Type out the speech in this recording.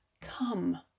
Come